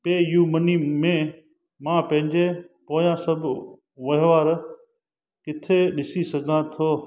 पे U Money में मां पंहिंजे पोयां सभ वहिंवार किथे ॾिसी सघां थो